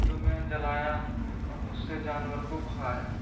जो मैं जलाया और उससे जानवर को भगाया